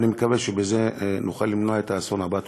ואני מקווה שבזה נוכל למנוע את האסון הבא.